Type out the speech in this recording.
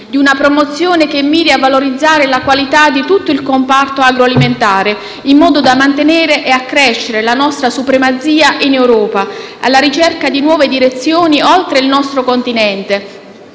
di una promozione che miri a valorizzare la qualità di tutto il comparto agroalimentare, in modo da mantenere e accrescere la nostra supremazia in Europa, alla ricerca di nuove direzioni oltre il nostro Continente,